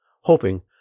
hoping